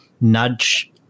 nudge